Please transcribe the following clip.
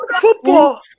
Football